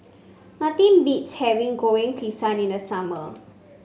nothing beats having Goreng Pisang in the summer